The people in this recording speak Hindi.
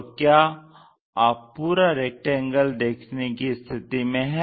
और क्या आप पूरा रेक्टेंगल देखने की स्थिति में हैं